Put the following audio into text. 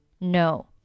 No